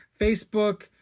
Facebook